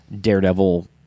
Daredevil